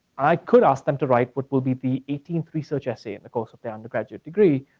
i could ask them to write what will be the eighteenth research essay in the course of their undergraduate degree,